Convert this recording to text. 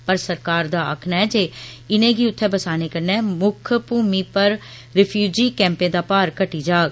पर सरकार दा आक्खना ऐ जे इनेंगी उत्थै बसाने कन्नै मुक्ख भूमि पर रिफयूजि कैम्पें दा भार घटी जाह्ग